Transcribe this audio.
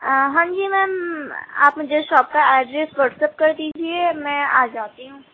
ہاں جی میم آپ مجھے شاپ کا ایڈریس واٹس ایپ کر دیجیے میں آ جاتی ہوں